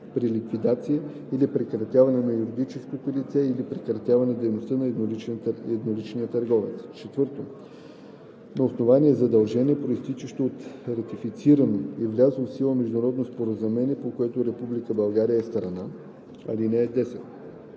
при ликвидация или прекратяване на юридическото лице или прекратяване дейността на едноличния търговец; 4. на основание задължение, произтичащо от ратифицирано и влязло в сила международно споразумение, по което Република България е страна. (10)